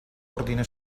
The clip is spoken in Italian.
ordine